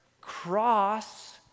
cross